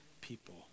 people